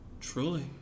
truly